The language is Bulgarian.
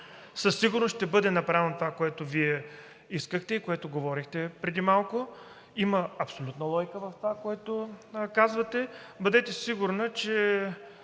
със сигурност ще бъде направено това, което Вие искахте и което говорихте преди малко. Има абсолютна логика в това, което казвате. Бъдете сигурна, че